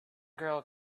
girl